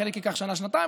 חלק ייקח שנה-שנתיים,